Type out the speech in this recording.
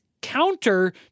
counter